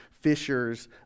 fishers